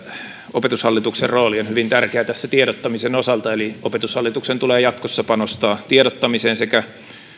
opetushallituksen rooli on hyvin tärkeä tiedottamisen osalta eli opetushallituksen tulee jatkossa panostaa tiedottamiseen sekä